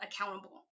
accountable